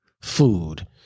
food